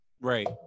Right